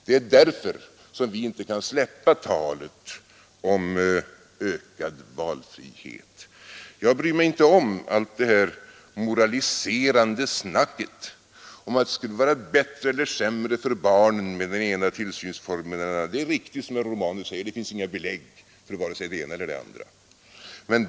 Det är därför som vi inte kan släppa talet om ökad valfrihet. Jag bryr mig inte om allt det här moraliserande snacket om att det skulle vara bättre eller sämre för barnen med den ena eller den andra tillsynsformen. Det är riktigt som herr Romanus säger, att det finns inga belägg för vare sig det ena eller det andra.